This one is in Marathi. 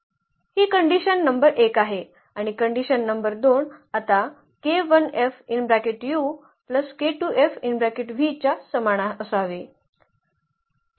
ही कंडिशन नंबर 1 आहे आणि कंडिशन नंबर 2 आता च्या समान असावे